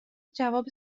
جواب